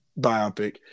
biopic